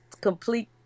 complete